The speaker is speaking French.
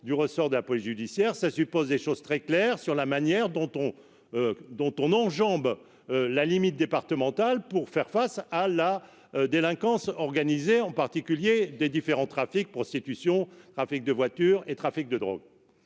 du ressort de la police judiciaire, ça suppose des choses très claires sur la manière dont on dont on enjambe la limite départementale pour faire face à la délinquance organisée, en particulier des différents trafics, prostitution Rafic de voitures et trafic de drogue,